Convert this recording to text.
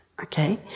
okay